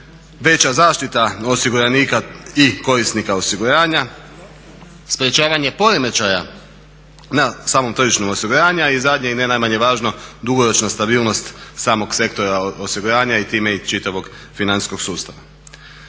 veća zaštita osiguranika i korisnika osiguranja, sprečavanje poremećaja na samom tržištu osiguranja i zadnje i ne najmanje važno dugoročna stabilnost samog sektora osiguranja i time i čitavog financijskog sustava.